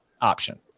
option